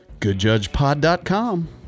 Goodjudgepod.com